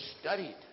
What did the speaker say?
studied